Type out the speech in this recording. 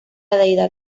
deidad